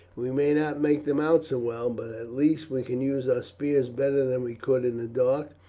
we may not make them out so well, but at least we can use our spears better than we could in the dark,